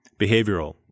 behavioral